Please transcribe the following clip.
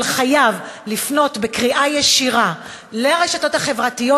אבל חייב לפנות בקריאה ישירה לרשתות החברתיות